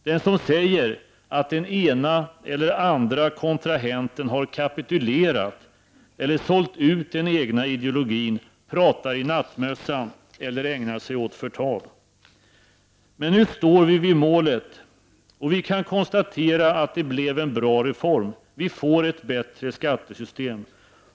Den som säger att den ena eller andra kontrahenten har kapitulerat eller sålt ut den egna ideologin pratar i nattmössan eller ägnar sig åt förtal. Men nu står vi vid målet. Och vi kan konstatera att det blev en bra reform. Vi får ett bättre skattesystem.